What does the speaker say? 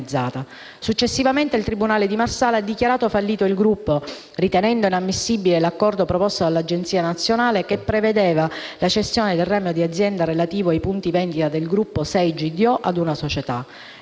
Successivamente, il tribunale di Marsala ha dichiarato fallito il gruppo, ritenendo inammissibile l'accordo proposto dall'Agenzia nazionale, che prevedeva la cessione del ramo di azienda, relativo ai punti vendita del Gruppo 6 GDO, ad una società.